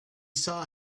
saw